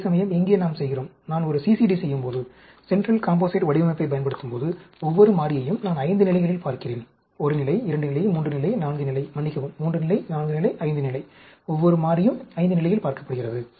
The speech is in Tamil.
அதேசமயம் இங்கே நாம் செய்கிறோம் நான் ஒரு CCD செய்யும்போது சென்ட்ரல் காம்போசைட் வடிவமைப்பைப் பயன்படுத்தும்போது ஒவ்வொரு மாறியையும் நான் 5 நிலைகளில் பார்க்கிறேன் 1 நிலை 2 நிலை 3 நிலை 4 நிலை மன்னிக்கவும் 3 நிலை 4 நிலை 5 நிலை ஒவ்வொரு மாறியும் 5 நிலையில் பார்க்கப்படுகிறது